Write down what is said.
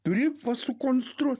turi va sukonstruot